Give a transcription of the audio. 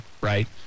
right